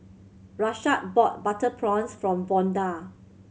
Rashad bought butter prawns from Vonda